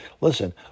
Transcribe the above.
Listen